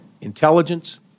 intelligence